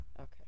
Okay